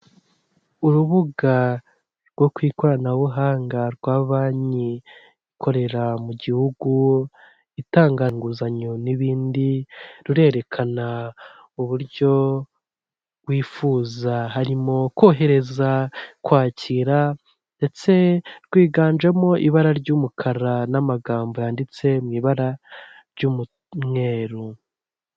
Urubuga rwo ku ikoranabuhanga rwa banki ikorera mu gihugu itanga inguzanyo n'ibindi, rurerekana uburyo wifuza harimo kohereza, kwakira ndetse rwiganjemo ibara ry'umukara n'amagambo yanditse mu ibara ry'umweru.